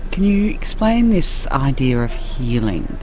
can you explain this idea of healing?